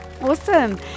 Awesome